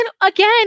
again